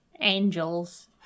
Angels